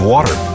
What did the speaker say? Water